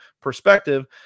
perspective